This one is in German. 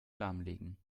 lahmlegen